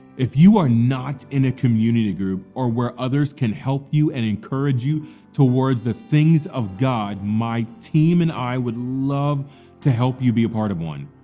if you are not in a community group, or where others can help you and encourage you towards the things of god, my team and i would love to help you be a part of one.